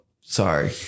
sorry